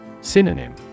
Synonym